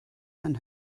and